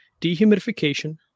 dehumidification